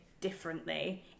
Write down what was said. differently